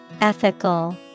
Ethical